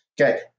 Okay